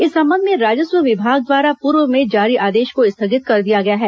इस संबंध में राजस्व विभाग द्वारा पूर्व में जारी आदेश को स्थगित कर दिया गया है